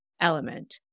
element